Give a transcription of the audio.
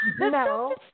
No